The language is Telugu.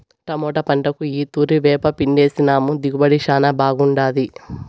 టమోటా పంటకు ఈ తూరి వేపపిండేసినాము దిగుబడి శానా బాగుండాది